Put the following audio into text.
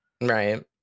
Right